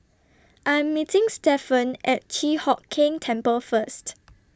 I Am meeting Stephen At Chi Hock Keng Temple First